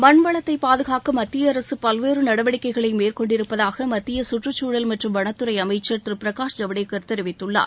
மண் வளத்தைப் பாதுகாக்க மத்திய அரசு பல்வேறு நடவடிக்கைகளை மேற்கொண்டிருப்பதாக மத்திய கற்றுச்சூழல் மற்றும் வனத்துறை அமைச்சர் திரு பிரகாஷ் ஜவடேகர் தெரிவித்துள்ளார்